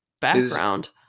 background